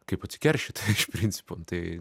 kaip atsikeršyt iš principo tai